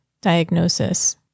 diagnosis